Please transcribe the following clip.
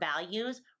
values